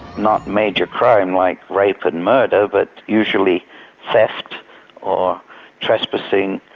not major crime like rape but and murder, but usually theft or trespassing,